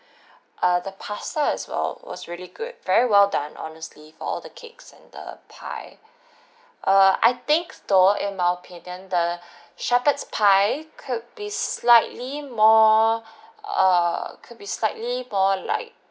uh the pasta as well was really good very well done honestly for all the cakes and the pie uh I think store in my opinion the shepherd's pie could be slightly more err could be slightly more like